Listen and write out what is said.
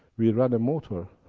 we ran a motor,